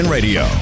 Radio